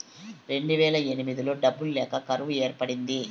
రెండువేల ఎనిమిదిలో డబ్బులు లేక కరువు ఏర్పడింది